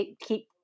keep